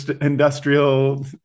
industrial